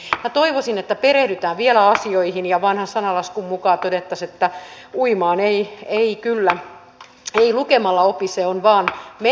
eli minä toivoisin että perehdytään vielä asioihin ja vanhan sananlaskun mukaan todettaisiin että uimaan ei kyllä lukemalla opi se on vain mentävä veteen